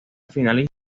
finalista